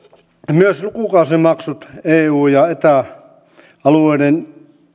myös lukukausimaksut eu ja eta alueiden